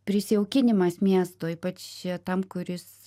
prisijaukinimas miesto ypač tam kuris